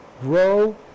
grow